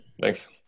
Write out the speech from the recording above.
Thanks